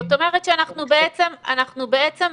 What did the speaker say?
זאת אומרת שאנחנו בעצם משתמשים